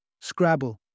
Scrabble